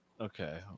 Okay